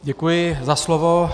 Děkuji za slovo.